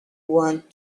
want